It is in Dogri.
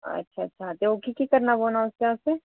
अच्छा अच्छा ते ओह् केह् केह् करने पौना उसदे आस्तै